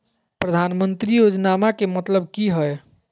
प्रधानमंत्री योजनामा के मतलब कि हय?